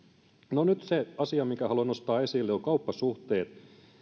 no nyt se asia minkä haluan nostaa esille on kauppasuhteet